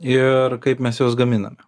ir kaip mes juos gaminame